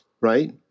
right